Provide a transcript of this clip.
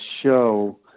show